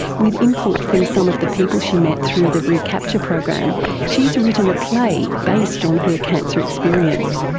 with input from some of the people she met through the recapture program she's written a play based on her cancer experience.